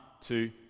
two